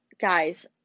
guys